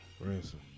Ransom